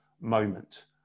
moment